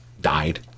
died